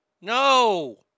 No